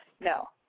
no